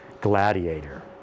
gladiator